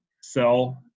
sell